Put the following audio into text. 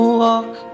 walk